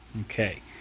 Okay